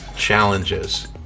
challenges